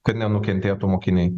kad nenukentėtų mokiniai